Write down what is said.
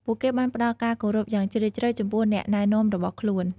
ពួកគេបានផ្តល់ការគោរពយ៉ាងជ្រាលជ្រៅ ចំពោះអ្នកណែនាំរបស់ខ្លួន។